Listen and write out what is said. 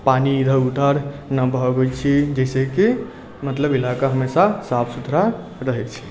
पानी इधर उधर न बहबै छी जैसे कि मतलब इलाका हमेशा साफ सुथरा रहै छै